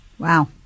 Wow